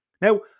Now